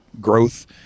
growth